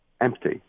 empty